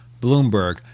Bloomberg